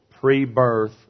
pre-birth